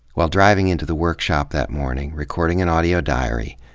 while driving into the workshop that morning, recording an audio diary,